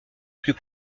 plus